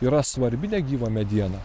yra svarbi negyva mediena